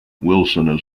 wilson